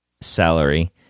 salary